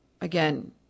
Again